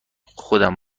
خودم